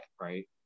Right